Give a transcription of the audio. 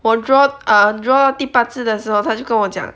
我 draw err draw 第八次的时候他就跟我讲